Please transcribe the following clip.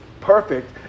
perfect